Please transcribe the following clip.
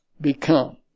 become